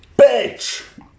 BITCH